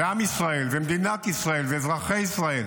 עם ישראל, מדינת ישראל ואזרחי ישראל